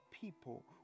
people